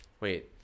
Wait